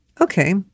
Okay